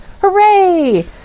Hooray